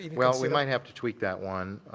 well, we might have to tweet that one.